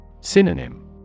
Synonym